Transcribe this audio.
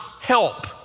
help